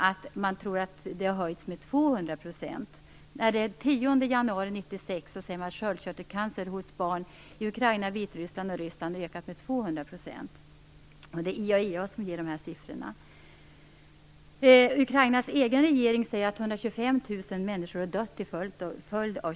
Den 10 januari 1996 sade man från IAEA att köldkörtelcancer hos barn i Ukraina, Vitryssland och Ryssland har ökat med 200 %. Ukrainas egen regering säger att 125 000 människor har dött till följd av Tjernobyl.